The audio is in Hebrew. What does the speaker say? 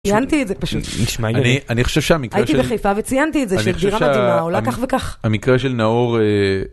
‫ציינתי את זה פשוט. ‫-אני חושב שהמקרה של... ‫הייתי בחיפה וציינתי את זה ‫של דירה מדהימה, עולה כך וכך. ‫המקרה של נאור...